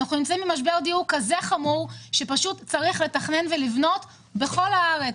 אנחנו נמצאים במשבר דיור כזה חמור שפשוט צריך לתכנן ולבנות בכל הארץ.